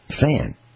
fan